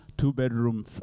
Two-bedroom